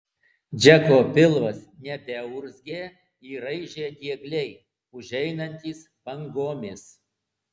džeko pilvas nebeurzgė jį raižė diegliai užeinantys bangomis